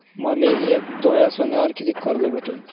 मले एक तोळा सोन्यावर कितीक कर्ज भेटन?